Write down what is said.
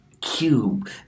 Cube